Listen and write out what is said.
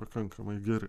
pakankamai geri